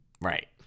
right